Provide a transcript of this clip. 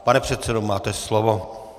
Pane předsedo, máte slovo.